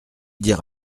dire